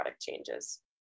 changes